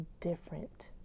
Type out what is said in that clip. different